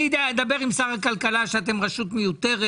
אני אדבר עם שר הכלכלה, שאתם רשות מיותרת.